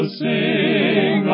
sing